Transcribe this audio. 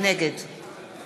נגד